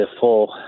full